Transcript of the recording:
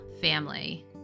family